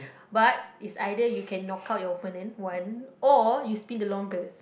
but is either you can knock out your opponent one or you spin the longest